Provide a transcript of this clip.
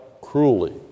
cruelly